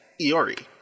Iori